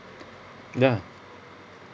dah